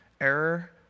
error